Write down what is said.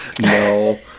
No